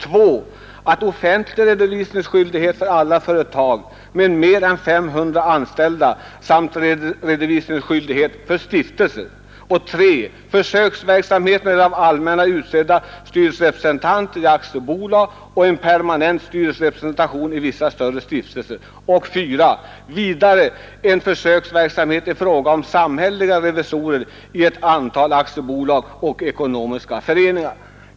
För det andra: offentlig redovisningsskyldighet för alla företag med mer än 500 anställda samt redovisningsskyldighet för stiftelser. För det tredje: försöksverksamhet med av det allmänna utsedda styrelserepresentanter i aktiebolag och en permanent styrelserepresentation i vissa större stiftelser. För det fjärde: en försöksverksamhet med samhälleliga revisorer i ett antal aktiebolag och ekonomiska föreningar.